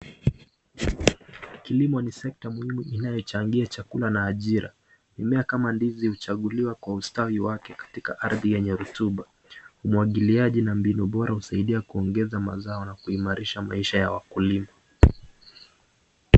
Kilimo ni sector muhimu inayo changia chakula na ajira, mimea kama ndizi huchaguliwa kwa ustawi wake katika ardhi yenye rotuba umwagiliaji na mbinu bora husaidia kuongeza mazao na kuimarisha maisha ya wakulima.